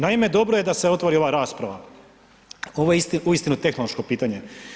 Naime, dobro je da se otvori ova rasprava, ovo je uistinu tehnološko pitanje.